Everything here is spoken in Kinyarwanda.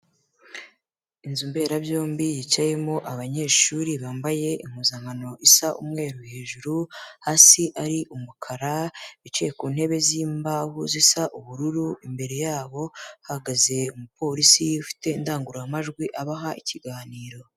Inzu mberabyombi yicayemo abanyeshuri bambaye impuzankano isa umweru hejuru, hasi ari umukara, bicaye ku ntebe z'imbaho zisa ubururu, imbere yabo hahagaze umupolisi, ufite indangururamajwi abaha ikiganiro.